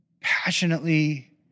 passionately